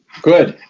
good.